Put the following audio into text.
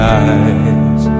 eyes